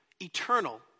eternal